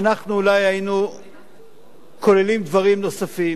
אנחנו אולי היינו כוללים דברים נוספים.